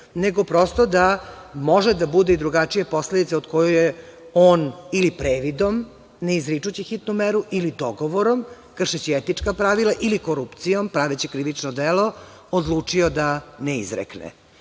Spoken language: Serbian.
nego prosto da mogu da budu i drugačije posledice od kojih je on ili previdom, ne izričući hitnu meru, ili dogovorom, kršeći etička pravila, ili korupcijom, praveći krivično delo, odlučio da ne izrekne. To